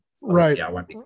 Right